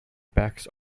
backs